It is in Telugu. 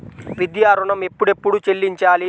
విద్యా ఋణం ఎప్పుడెప్పుడు చెల్లించాలి?